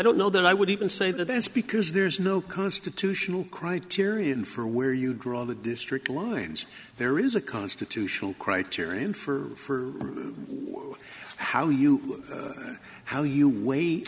don't know that i would even say that that's because there is no constitutional criterion for where you draw the district lines there is a constitutional criterion for how you how you w